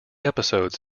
episodes